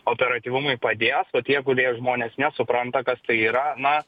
operatyvumui padės o tie kurie žmonės nesupranta kas tai yra na